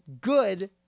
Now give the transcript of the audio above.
good